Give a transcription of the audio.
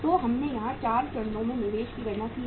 तो हमने यहां 4 चरणों में निवेश की गणना की है